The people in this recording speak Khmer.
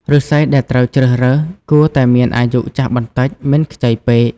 ឫស្សីដែលត្រូវជ្រើសរើសគួរតែមានអាយុចាស់បន្តិច មិនខ្ចីពេក។